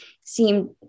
seem